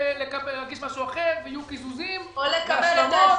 ולהגיש משהו אחר, ויהיו קיזוזים, השלמות.